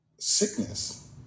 sickness